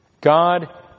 God